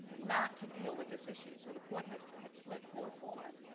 not to deal with this issue. so the court had had split four-four.